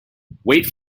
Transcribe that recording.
wait